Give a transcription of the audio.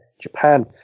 Japan